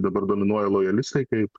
dabar dominuoja lojalistai kaip